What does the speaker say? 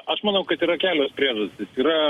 aš manau kad yra kelios priežastys yra